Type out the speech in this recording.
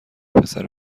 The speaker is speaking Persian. پسر